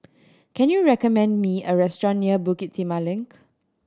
can you recommend me a restaurant near Bukit Timah Link